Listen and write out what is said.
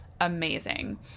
amazing